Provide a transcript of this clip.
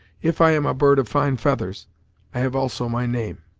if i am a bird of fine feathers, i have also my name.